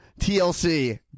TLC